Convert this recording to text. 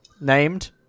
Named